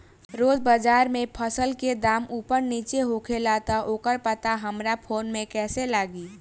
रोज़ बाज़ार मे फसल के दाम ऊपर नीचे होखेला त ओकर पता हमरा फोन मे कैसे लागी?